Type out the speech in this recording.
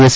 S